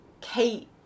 Kate